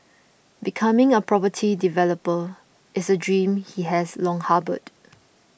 becoming a property developer is a dream he has long harboured